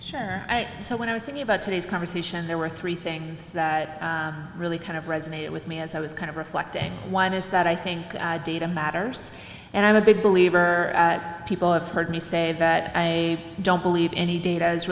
prioritized so when i was thinking about today's conversation there were three things that really kind of resonate with me as i was kind of reflecting one is that i think data matters and i'm a big believer people have heard me say that i don't believe any data is